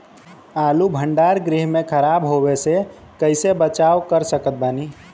आलू भंडार गृह में खराब होवे से कइसे बचाव कर सकत बानी?